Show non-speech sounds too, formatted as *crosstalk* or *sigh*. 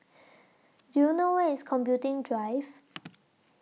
Do YOU know Where IS Computing Drive *noise*